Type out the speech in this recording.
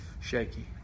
shaky